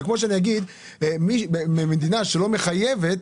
זה כמו שאגיד מדינה שלא מחייבת,